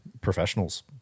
professionals